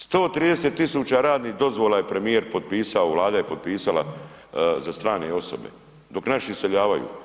130.000 radnih dozvola je premijer potpisao, Vlada je potpisala za strane osobe dok naši iseljavaju.